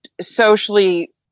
socially